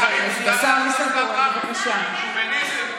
שוביניזם.